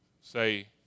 say